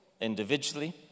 individually